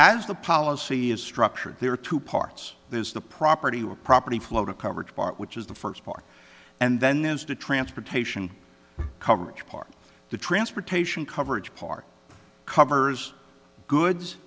as the policy is structured there are two parts there's the property or property float a coverage part which is the first part and then is to transportation coverage part to transportation coverage part covers goods